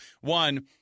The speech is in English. One